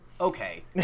Okay